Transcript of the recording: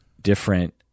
different